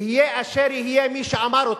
יהיה אשר יהיה מי שאמר אותם.